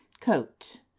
coat